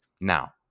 Now